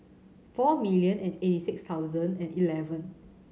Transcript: four million and eighty six thousand and eleven